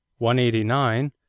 189